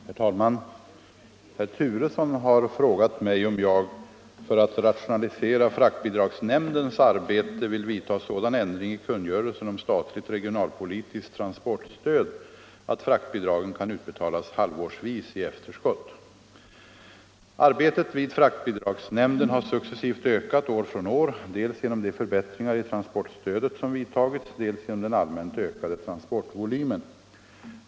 Herr talman! Herr Turesson har frågat mig om jag för att rationalisera fraktbidragsnämndens arbete vill vidtaga sådan ändring i kungörelsen om statligt regionalpolitiskt transportstöd att fraktbidragen kan utbetalas halvårsvis i efterskott. Arbetet vid fraktbidragsnämnden har successivt ökat år från år, dels genom de förbättringar i transportstödet som vidtagits, dels genom den allmänt ökade transportvolymen.